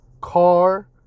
car